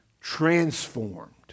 transformed